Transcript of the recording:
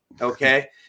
Okay